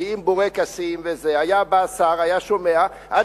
משקיעים בבורקסים וזה, היה בא שר, היה שומע, עד